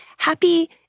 Happy